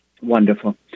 Wonderful